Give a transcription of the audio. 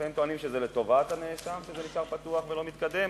לפעמים טוענים שזה לטובת הנאשם שזה נשאר פתוח ולא מתקדם,